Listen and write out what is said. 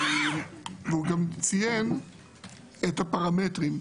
הוא גם ציין את הפרמטרים.